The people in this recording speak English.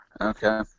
Okay